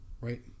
right